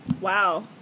Wow